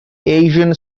asian